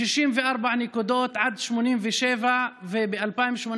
מ-64 נקודות עד 87, וב-2018,